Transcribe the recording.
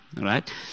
right